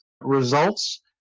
results